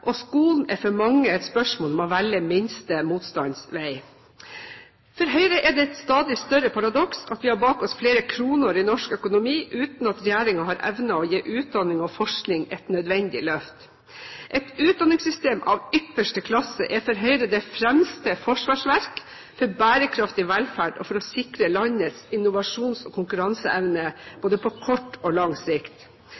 og skolen er for mange et spørsmål om å velge minste motstands vei. For Høyre er det et stadig større paradoks at vi har bak oss flere kronår i norsk økonomi uten at regjeringen har evnet å gi utdanning og forskning et nødvendig løft. Et utdanningssystem av ypperste klasse er for Høyre det fremste forsvarsverk for bærekraftig velferd og for å sikre landets innovasjons- og konkurranseevne